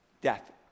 Death